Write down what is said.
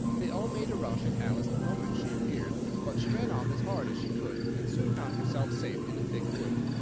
they all made a rush at alice the moment she appeared but she ran off as hard as she could, and soon found herself safe in a thick wood.